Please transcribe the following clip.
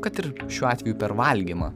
kad ir šiuo atveju per valgymą